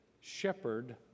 shepherd